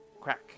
Crack